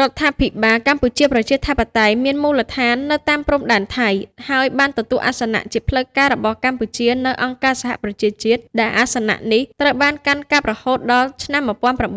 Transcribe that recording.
រដ្ឋាភិបាលកម្ពុជាប្រជាធិបតេយ្យ មានមូលដ្ឋាននៅតាមព្រំដែនថៃ ហើយបានទទួលអាសនៈជាផ្លូវការរបស់កម្ពុជានៅអង្គការសហប្រជាជាតិ ដែលអាសនៈនេះត្រូវបានកាន់កាប់រហូតដល់ឆ្នាំ១៩